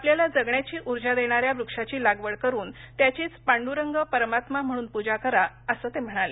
आपल्याला जगण्याची ऊर्जा देणाऱ्या वृक्षाची लागवड करुन त्याचीच पांडुरंग परमात्मा म्हणून पूजा करा असं ते म्हणाले